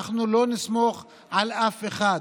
אנחנו לא נסמוך על אף אחד.